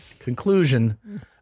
Conclusion